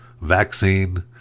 vaccine